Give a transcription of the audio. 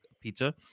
pizza